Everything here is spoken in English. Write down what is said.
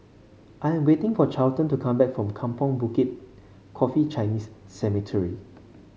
I am waiting for Charlton to come back from Kampong Bukit Coffee Chinese Cemetery